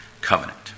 covenant